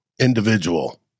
individual